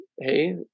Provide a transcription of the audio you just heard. Hey